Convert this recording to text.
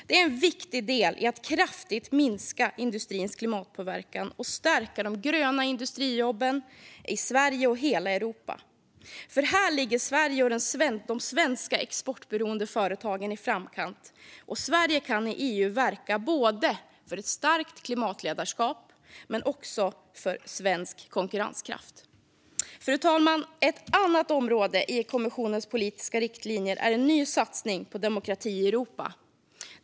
Det är en viktig del i att kraftigt minska industrins klimatpåverkan och stärka de gröna industrijobben i Sverige och i hela Europa. Här ligger nämligen Sverige och de svenska exportberoende företagen i framkant. Sverige kan i EU verka både för ett starkt klimatledarskap och för svensk konkurrenskraft. Fru talman! Ett annat område i kommissionens politiska riktlinjer är en ny satsning på demokrati i Europa.